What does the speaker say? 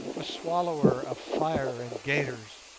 a swallower of fire and gaiters.